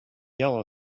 yellow